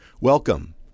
Welcome